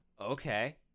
okay